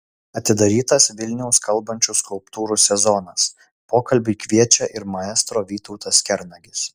atidarytas vilniaus kalbančių skulptūrų sezonas pokalbiui kviečia ir maestro vytautas kernagis